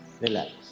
relax